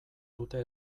dute